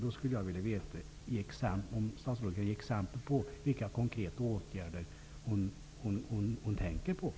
Då ber jag att statsrådet ger exempel på vilka konkreta åtgärder som hon ämnar vidta.